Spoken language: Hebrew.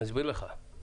אני אסביר לך.